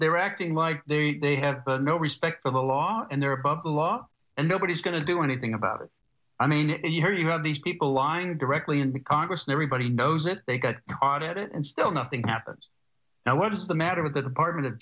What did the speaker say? they're acting like they have no respect for the law and they're above the law and nobody's going to do anything about it i mean you know you have these people lying directly in congress and everybody knows it they got caught at it and still nothing happens now what is the matter with the department of